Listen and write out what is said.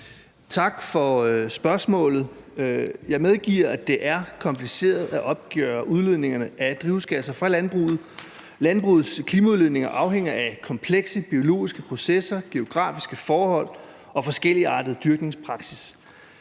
Tak for spørgsmålet. Jeg medgiver, at det er kompliceret at opgøre udledningerne af drivhusgasser fra landbruget. Landbrugets udledninger afhænger af komplekse biologiske processer, geografiske forhold og forskelligartede dyrkningspraksisser.